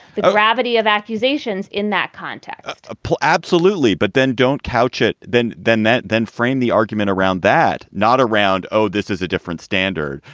gravity of accusations in that context absolutely. but then don't couch it then then that then framed the argument around that, not around. oh, this is a different standard.